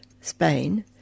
Spain